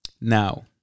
Now